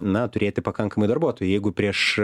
na turėti pakankamai darbuotojų jeigu prieš